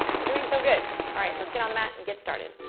we're doing so good. all right, let's get on the mat and get started.